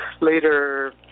later